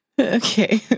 Okay